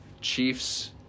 Chiefs